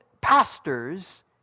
pastors